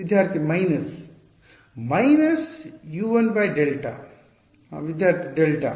− U 1 Δ ವಿದ್ಯಾರ್ಥಿ delta